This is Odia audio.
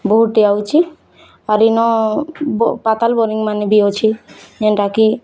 ବୋହୁଟି ଆଉଚି ଆର୍ ଇନ ପାତାଲ୍ ବୋରିଂମାନେ ବି ଅଛି ଯେନ୍ତା କି